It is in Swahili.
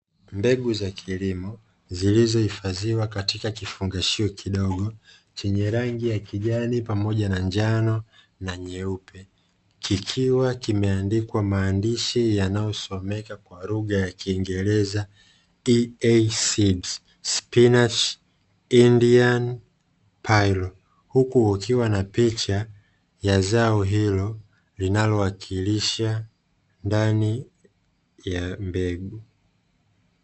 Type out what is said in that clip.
Mbegu za kilimo zilizohifadhiwa katika kifungashio kidogo, chenye rangi ya kijani pamoja, njano na nyeupe. Kikiwa kimeandikwa maandishi yanayosomeka kwa lugha ya kiingereza "IEST SPINACHI INDIAN PAILO" ,huku kukiwa na picha ya zao hilo linalowakilisha ndani ya mbegu.